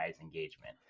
engagement